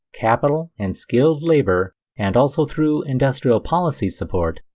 capital and skilled labor and also through industrial policy support,